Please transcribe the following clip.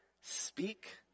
speak